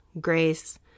grace